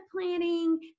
planning